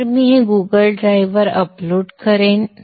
तर हे मी गुगल ड्राइव्हवर अपलोड करेन